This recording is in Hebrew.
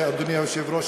אדוני היושב-ראש,